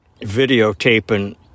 videotaping